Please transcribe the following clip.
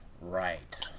Right